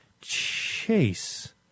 chase